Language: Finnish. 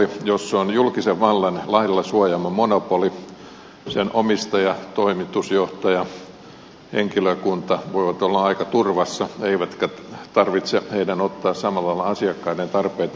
jos se on julkisen vallan lailla suojaama monopoli sen omistaja toimitusjohtaja henkilökunta voivat olla aika turvassa eikä heidän tarvitse ottaa samalla lailla asiakkaiden tarpeita huomioon